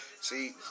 See